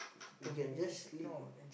you can just sleep on